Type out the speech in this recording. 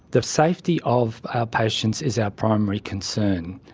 the safety of our patients is our primary concern.